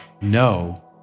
no